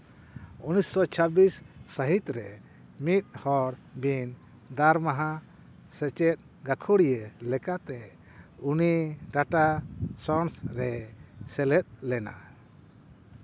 ᱩᱱᱤᱥᱥᱚ ᱪᱷᱟᱵᱽᱵᱤᱥ ᱥᱟᱹᱦᱤᱛ ᱨᱮ ᱢᱤᱫ ᱦᱚᱲ ᱵᱤᱱ ᱫᱟᱨᱢᱟᱦᱟ ᱥᱮᱪᱮᱫ ᱜᱟᱹᱠᱷᱩᱲᱤᱭᱟᱹ ᱞᱮᱠᱟᱛᱮ ᱩᱱᱤ ᱴᱟᱴᱟ ᱥᱚᱱᱥ ᱨᱮᱭ ᱥᱮᱞᱮᱫ ᱞᱮᱱᱟ